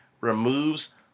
removes